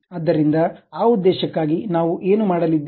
ಆದ್ದರಿಂದ ಆ ಉದ್ದೇಶಕ್ಕಾಗಿ ನಾವು ಏನು ಮಾಡಲಿದ್ದೇವೆ